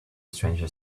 stranger